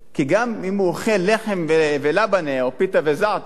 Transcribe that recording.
כי גם אם הוא אוכל לחם ולאבנה או פיתה וזעתר,